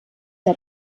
der